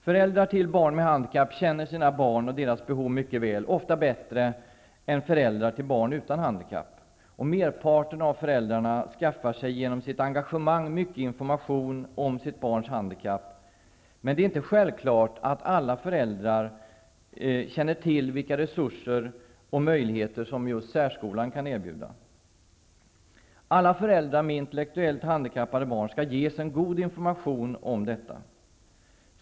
Föräldrar till barn med handikapp känner sina barn och deras behov mycket väl, ofta bättre än föräldrar till barn utan handikapp. Merparten av föräldrarna skaffar sig genom sitt engagemang mycket information om sitt barns handikapp. Men det är inte självklart att alla föräldrar känner till vilka resurser och möjligheter som just särskolan kan erbjuda. Alla föräldrar med intellektuellt handikappade barn skall ges en god information om detta.